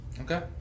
Okay